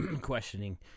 questioning